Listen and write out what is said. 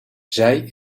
zij